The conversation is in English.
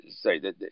sorry